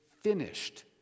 finished